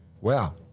wow